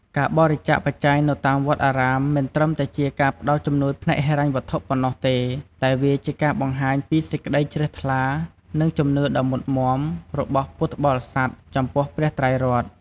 ការបរិច្ចាគបច្ច័យនៅតាមវត្តអារាម មិនត្រឹមតែជាការផ្ដល់ជំនួយផ្នែកហិរញ្ញវត្ថុប៉ុណ្ណោះទេ តែវាជាការបង្ហាញពី សេចក្តីជ្រះថ្លា និង ជំនឿដ៏មុតមាំ របស់ពុទ្ធបរិស័ទចំពោះព្រះត្រៃរតន៍។